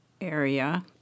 area